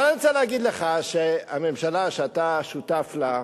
אבל אני רוצה להגיד לך שהממשלה שאתה שותף לה,